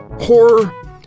horror